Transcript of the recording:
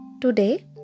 today